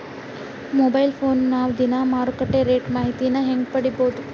Mobile ಫೋನ್ಯಾಗ ನಾವ್ ದಿನಾ ಮಾರುಕಟ್ಟೆ ರೇಟ್ ಮಾಹಿತಿನ ಹೆಂಗ್ ಪಡಿಬೋದು?